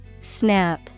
Snap